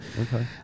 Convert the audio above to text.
okay